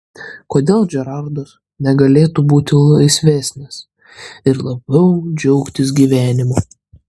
kodėl džerardas negalėtų būti laisvesnis ir labiau džiaugtis gyvenimu